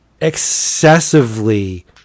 excessively